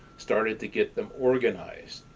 started to get them organized,